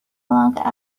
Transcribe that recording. longer